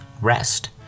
rest